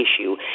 issue